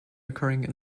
occurring